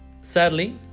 sadly